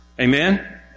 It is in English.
Amen